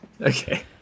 Okay